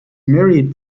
married